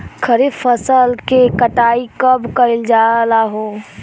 खरिफ फासल के कटाई कब कइल जाला हो?